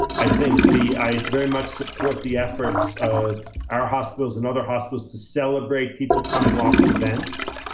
i think the, i very much support the efforts of our hospitals and other hospitals to celebrate people coming off the vents.